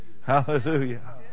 Hallelujah